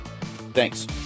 Thanks